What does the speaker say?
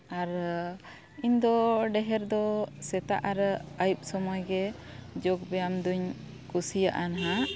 ᱟᱨ ᱤᱧᱫᱚ ᱰᱮᱦᱮᱨ ᱫᱚ ᱥᱮᱛᱟᱜ ᱟᱨ ᱟᱹᱭᱩᱵ ᱥᱳᱢᱚᱭ ᱜᱮ ᱡᱳᱜ ᱵᱮᱭᱟᱢ ᱫᱩᱧ ᱠᱩᱥᱤᱭᱟᱜ ᱟ ᱱᱟᱦᱟᱜ